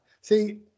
See